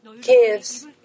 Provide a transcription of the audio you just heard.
gives